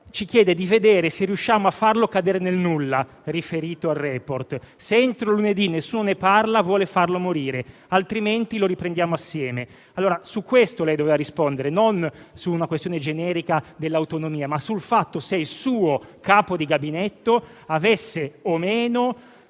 chiese di vedere se riuscivano a farlo cadere nel nulla (riferito al *report*) e che, se entro lunedì nessuno ne parlava, voleva farlo morire, altrimenti lo avrebbero ripreso assieme. Ebbene, su questo lei doveva rispondere, non sulla questione generica dell'autonomia, ma sul fatto se il suo capo di gabinetto avesse o meno